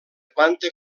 planta